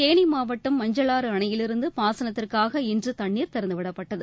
தேனி மாவட்டம் மஞ்சளாறு அணையிலிருந்து பாசனத்திற்காக இன்று தண்ணீர் திறந்துவிடப்பட்டது